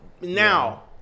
Now